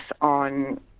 on